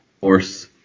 horse